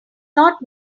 not